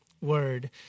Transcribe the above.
word